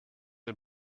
and